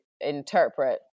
interpret